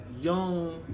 young